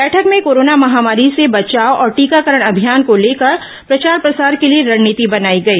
बैठक में कोरोना महामारी से बचाव और टीकाकरण अभियान को लेकर प्रचार प्रसार के लिए रणनीति बनाई गई